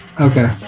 okay